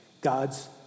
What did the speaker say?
God's